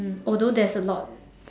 mm although there's a lot